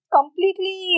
completely